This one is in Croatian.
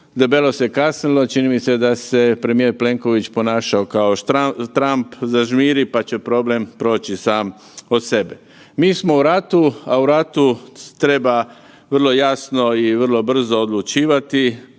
Debelo se kasnilo, čini mi se da se premijer Plenković ponašao kao Trump zažmiri pa će problem proći sam od sebe. Mi smo u ratu, a u ratu treba vrlo jasno i vrlo brzo odlučivati,